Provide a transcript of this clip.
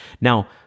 Now